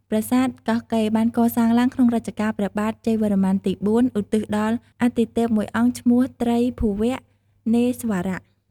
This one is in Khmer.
ប្រាសាទកោះកេរ្តិ៍ បានកសាងឡើងក្នុងរជ្ជកាលព្រះបាទជ័យវរ័្មនទី៤ឧទ្ទិសដល់អាទិទេពមួយអង្គឈ្មោះ ត្រីភូវនេស្វរៈ។